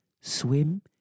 swim